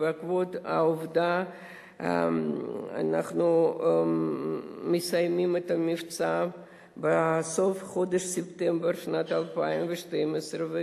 ובעקבות העובדה שמבצע ההטבות אמור להסתיים ב-31 בספטמבר 2012,